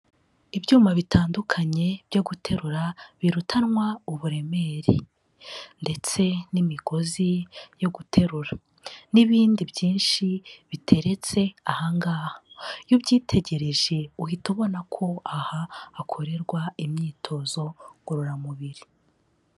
Ibyuma bitandukanye byo guterura birutanwa uburemere ndetse n'imigozi yo guterura n'ibindi byinshi, biteretse ahangaha. Iyo ubyitegereje uhita ubona ko aha hakorerwa imyitozo ngororamubiri.